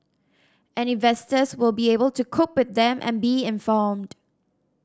and investors will be able to cope with them and be informed